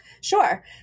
Sure